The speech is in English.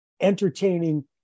entertaining